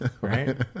Right